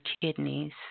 kidneys